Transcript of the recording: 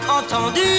Entendu